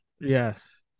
Yes